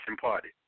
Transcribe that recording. party